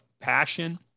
passion